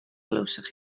glywsoch